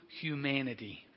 humanity